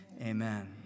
Amen